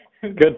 Good